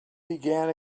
began